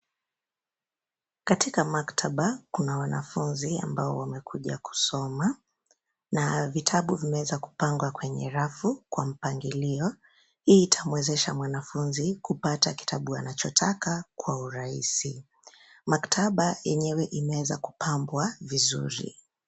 Katika maktaba kuna wanafuzi ambao wamekuja kusoma na vitabu vimeweza kupangwa kwenye rafu kwa mpangilio. Hii itamwezesha mwanafuzi kupata kitabu anachotaka kwa urahisi. Maktaba yenyewe imeeza kupambwa vizuri.